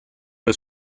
del